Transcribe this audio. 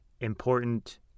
important